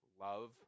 love